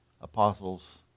apostles